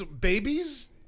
Babies